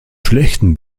schlechten